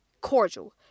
cordial